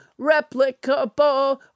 replicable